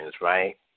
right